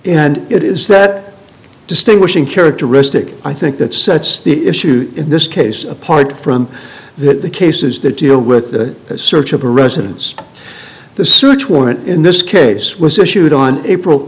and it is that distinguishing characteristic i think that sets the issues in this case apart from the cases that deal with the search of a residence the search warrant in this case was issued on april